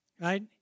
Right